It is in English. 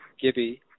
Gibby